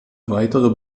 weitere